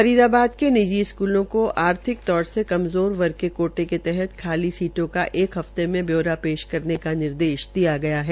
फरीदाबाद के निजी स्कूलों को आर्थिक तौर से कमजोर वर्ग के कोटे के तहत खाली सीटों के एक हफ्ते में ब्योरा पेश करने का निर्देश दिया गया है